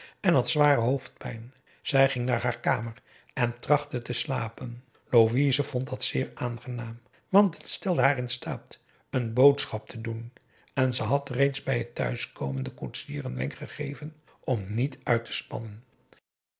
en had zware hoofdpijn zij ging naar haar kamer en trachtte te slapen louise vond dat zeer aangenaam want het stelde haar in staat een boodschap te doen en ze had reeds bij het thuiskomen den koetsier een wenk gegeven om niet uit te spannen